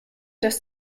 dass